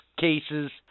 cases